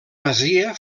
masia